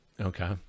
Okay